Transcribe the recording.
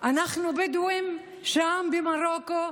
אנחנו בדואים שם במרוקו?